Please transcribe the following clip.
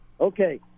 Okay